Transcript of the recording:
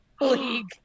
league